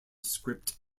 script